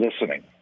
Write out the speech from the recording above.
listening